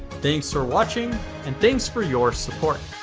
thanks for watching and thanks for your support.